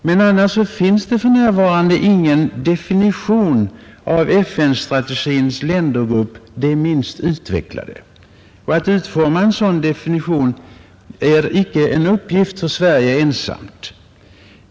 Men annars finns för närvarande ingen definition av FN-strategins ländergrupp ”de minst utvecklade”, och att utforma en sådan definition är inte en uppgift för Sverige ensamt.